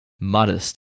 modest